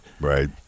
Right